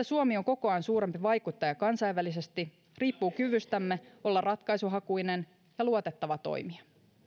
suomi kokoaan suurempi vaikuttaja kansainvälisesti riippuu kyvystämme olla ratkaisuhakuinen ja luotettava toimija